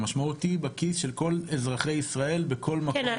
המשמעות היא בכיס של כל אזרחי ישראל --- כן,